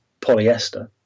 polyester